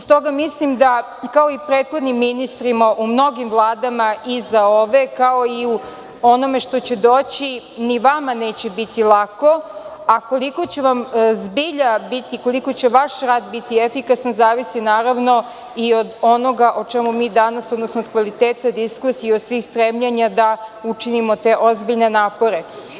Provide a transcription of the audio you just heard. S toga mislim da kao i prethodnim ministrima u mnogim vladama iza ove, kao i onome što će doći, ni vama neće biti lako, a koliko će vam zbilja biti, koliko će vaš rad biti efikasan zavisi naravno i od onoga o čemu mi danas, odnosno od kvaliteta diskusije i svih stremljenja da učinimo te ozbiljne napore.